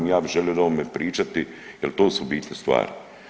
Ja bih želio o ovome pričati, jer to su bitne stvari.